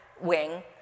wing